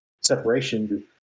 separation